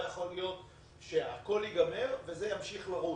לא יכול להיות שהכול יגמר וזה ימשיך לרוץ.